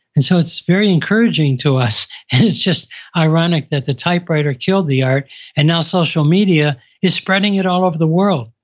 and so it's very encouraging to us, and it's ironic that the typewriter killed the art and now social media is spreading it all over the world.